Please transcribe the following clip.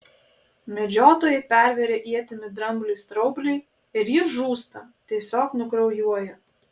medžiotojai perveria ietimi drambliui straublį ir jis žūsta tiesiog nukraujuoja